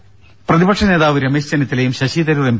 ദേദ പ്രതിപക്ഷ നേതാവ് രമേശ് ചെന്നിത്തലയും ശശി തരൂർ എം